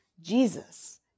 Jesus